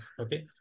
Okay